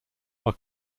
are